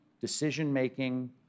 decision-making